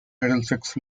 middlesex